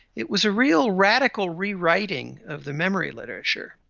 it was a real radical rewriting of the memory literature.